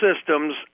systems